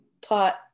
plot